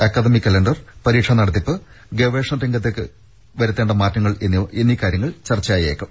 academic calendar പരീക്ഷ നടത്തിപ്പ് ഗവേഷണ രംഗത്ത് വരുത്തേണ്ട മാറ്റങ്ങൾ എന്നീ കാര്യങ്ങൾ ചർച്ചയായേക്കും